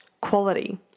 quality